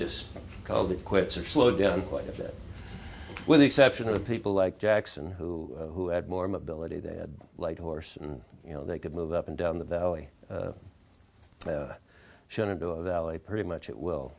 just called it quits or slowed down quite a bit with the exception of people like jackson who who had more mobility they had like a horse and you know they could move up and down the valley shenandoah valley pretty much it well